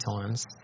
times